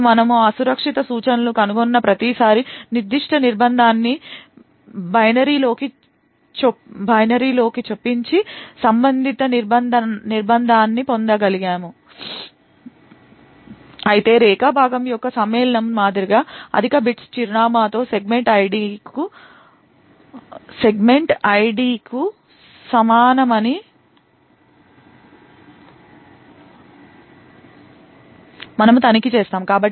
ఇప్పుడు మనము అసురక్షిత సూచనలను కనుగొన్న ప్రతిసారీ నిర్దిష్ట నిర్బంధాన్ని బైనరీలోకి చొప్పించి సంబంధిత నిర్బంధాన్ని పొందగలిగాము అయితే రేఖా భాగము యొక్క సమ్మేళనము మాదిరిగా కాకుండా అధిక బిట్స్ చిరునామాతో సెగ్మెంట్ ఐడి కు సమానమని మనము తనిఖీ చేస్తాము